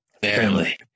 Family